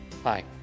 Hi